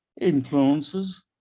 influences